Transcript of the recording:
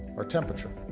our temperature